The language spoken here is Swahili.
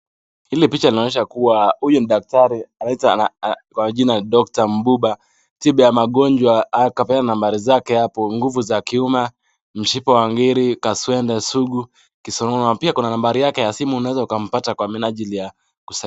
Hili picha linaonyesha kuwa huyu ni daktari anaitwa kwa jina Dr. Mbumba, tiba ya magonjwa. Akapatiana nambari zake hapo. Nguvu za kiume, mshipa wa ngiri, kaswende sugu, kisonono. Pia kuna nambari yake ya simu unaweza ukampata kwa minajili ya